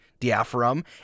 diaphragm